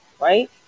right